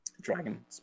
dragon